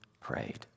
prayed